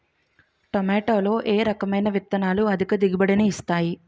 టమాటాలో ఏ రకమైన విత్తనాలు అధిక దిగుబడిని ఇస్తాయి